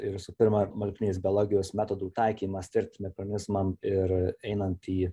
ir visų pirma molekulinės biologijos metodų taikymas tirti mikronizmam ir einant į